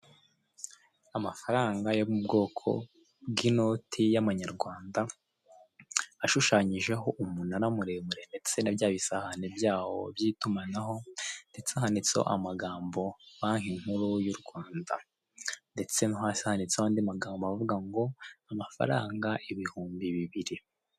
Amafaranga yo mu bwoko bw'inote y'amanyarwanda, ashushanyijeho umunara muremure ndetse na bya bisahani byawo by'itumanaho ndetse handitseho amagambo banki nkuru y'u Rwanda ndetse no hasi handitseho andi magamboa avuga ngo amafaranga ibihumbi bibiri.